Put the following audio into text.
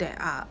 there are